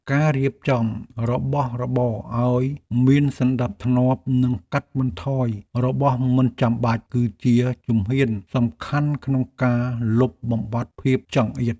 ការរៀបចំរបស់របរឱ្យមានសណ្តាប់ធ្នាប់និងកាត់បន្ថយរបស់មិនចាំបាច់គឺជាជំហានសំខាន់ក្នុងការលុបបំបាត់ភាពចង្អៀត។